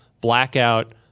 Blackout